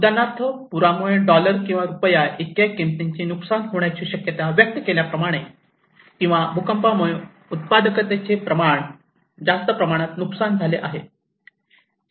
उदाहरणार्थ पुरामुळे डॉलर किंवा रुपया इतक्या किंमतीची नुकसान होण्याची शक्यता व्यक्त केल्याप्रमाणे किंवा भूकंपामुळे उत्पादकतेचे जास्त प्रमाणात नुकसान झाले आहे